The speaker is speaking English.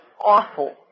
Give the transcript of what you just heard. awful